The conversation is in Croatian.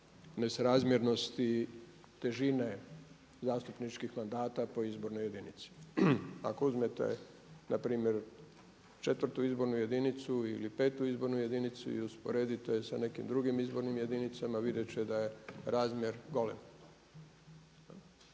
nesrazmjernosti težine zastupničkih mandata po izbornoj jedinici. Ako uzmete npr. 4. izbornu jedinicu ili 5. izbornu jedinicu i usporedite je sa nekim drugim izbornim jedinicama vidjet ćete da je razmjer golem.